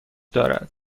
دارد